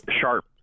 Sharp